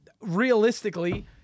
realistically